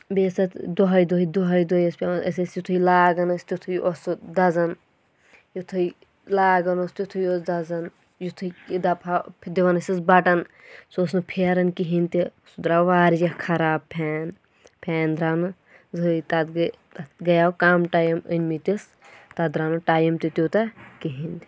بیٚیہِ ٲسۍ اَتھ دۄہَے دۄہَے دۄہَے دۄہَے ٲسۍ پیٚوَان أسۍ ٲسۍ یُتھُے لاگَان ٲسۍ تِتھُے اوس سُہ دَزَان یِتھُے لاگَان اوس تیُتھُے اوس دَزَان یُتھُے دَپہٕ ہا دِوَان ٲسۍ أسۍ بَٹَن سُہ اوس نہٕ پھیرَان کِہیٖنۍ تہِ سُہ درٛاو واریاہ خراب پھین پھین درٛاو نہٕ زٕہٕے تَتھ گٔے تَتھ گٔیو کَم ٹایم أنمٕتِس تَتھ درٛاو نہٕ ٹایِم تہِ تیوٗتاہ کِہیٖنۍ تہِ